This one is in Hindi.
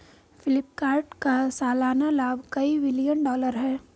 फ्लिपकार्ट का सालाना लाभ कई बिलियन डॉलर है